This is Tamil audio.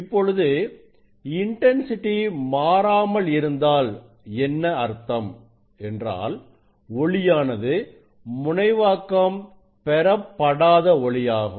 இப்பொழுது இன்டன்சிட்டி மாறாமல் இருந்தால் என்ன அர்த்தம் என்றால் ஒளியானது முனைவாக்கம் பெறப்படாத ஒளியாகும்